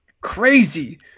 crazy